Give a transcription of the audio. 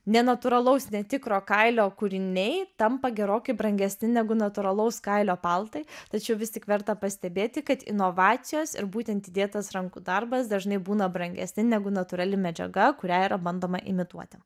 nenatūralaus netikro kailio kūriniai tampa gerokai brangesni negu natūralaus kailio paltai tačiau vis tik verta pastebėti kad inovacijos ir būtent įdėtas rankų darbas dažnai būna brangesni negu natūrali medžiaga kurią yra bandoma imituoti